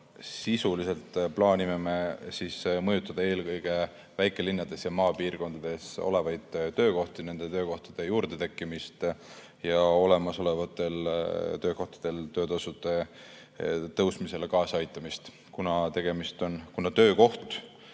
Sisuliselt plaanime me mõjutada eelkõige väikelinnades ja maapiirkondades olevaid töökohti, nende töökohtade juurde tekkimist ja olemasolevatel töökohtadel töötasu tõusmisele kaasa aitamist, kuna töökoht,